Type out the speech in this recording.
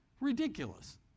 ridiculous